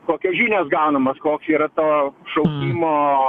kokios žinios gaunamos koks yra to šaukimo